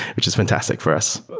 which is fantastic for us. but